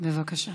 בבקשה,